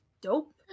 Dope